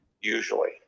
usually